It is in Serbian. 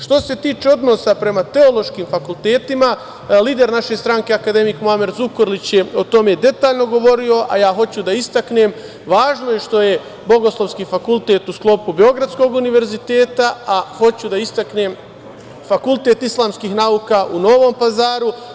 Što se tiče odnosa prema teološkim fakultetima, lider naše stranke akademik Muamer Zukorlić je o tome detaljno govorio, a ja hoću da istaknem, važno je što je Bogoslovski fakultet u sklopu Beogradskog univerziteta, a hoću da istaknem Fakultet islamskih nauka u Novom Pazaru.